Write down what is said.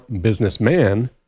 businessman